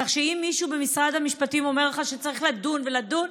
כך שאם מישהו במשרד המשפטים אומר לך שצריך לדון ולדון,